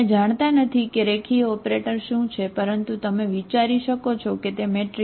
તમે જાણતા નથી કે રેખીય ઓપરેટર શું છે પરંતુ તમે વિચારી શકો છો કે તે મેટ્રિક્સ છે